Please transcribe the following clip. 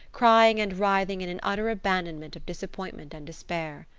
crying and writhing in an utter abandonment of disappointment and despair.